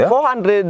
400